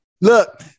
Look